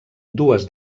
dues